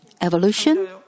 Evolution